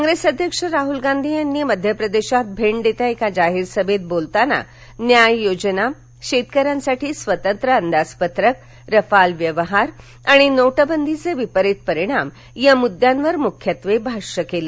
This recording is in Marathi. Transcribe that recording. कॉप्रेस अध्यक्ष राहुल गांधी यांनी मध्यप्रदेशात भिंड इथे एका जाहीर सभेत बोलताना न्याय योजना शेतकऱ्यांसाठी स्वतंत्र अंदाजपत्रक रफाल व्यवहार आणि नोटबंदीचे विपरीत परिणाम या मुद्द्यांवर मुख्यत्वे भाष्य केलं